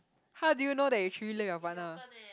how do you know that you truly love your partner